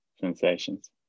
sensations